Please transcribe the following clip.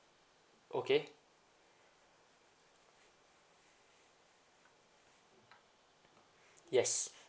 okay yes